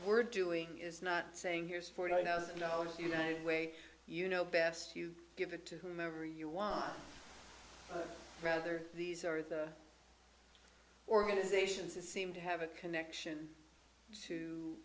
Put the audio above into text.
we're doing is not saying here's forty thousand dollars united way you know best you give it to whomever you want rather these are the organizations that seem to have a connection to